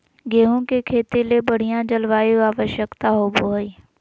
गेहूँ के खेती ले बढ़िया जलवायु आवश्यकता होबो हइ